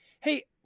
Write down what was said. Hey